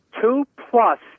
two-plus